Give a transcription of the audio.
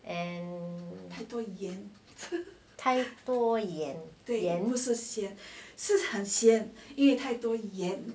and 太多盐